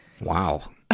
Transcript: Wow